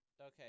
Okay